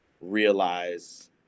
realize